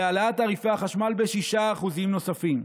על העלאת תעריפי החשמל ב-6% נוספים.